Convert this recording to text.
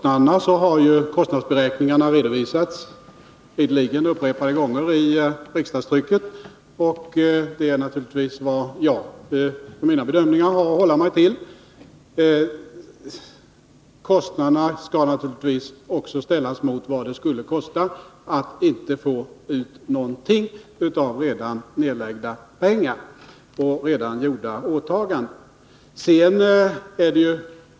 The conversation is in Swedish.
Herr talman! Kostnadsberäkningarna har ju upprepade gånger redovisats i riksdagstrycket, och det är naturligtvis vad jag i mina bedömningar har att hålla mig till. Kostnaderna måste naturligtvis också ställas mot vad det skulle kosta att inte få ut någonting av redan nedlagda pengar och redan gjorda åtaganden.